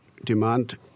demand